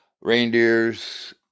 reindeers